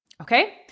Okay